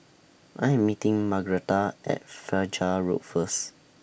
I Am meeting Margretta At Fajar Road First